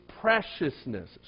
preciousness